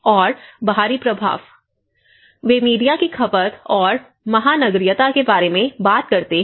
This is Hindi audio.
और बाहरी प्रभाव वे मीडिया की खपत और महानगरीयता के बारे में बात करते हैं